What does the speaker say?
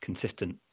consistent